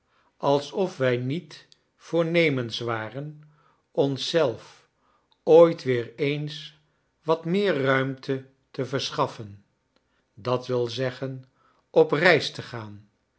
alsof wij niet voornemens waren ons zelf ooit weer eens wat meer ruimte te verschaffen d w z op reis te gaan